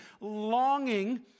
longing